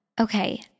Okay